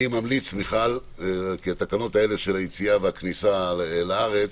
התקנות של הכניסה והיציאה מהארץ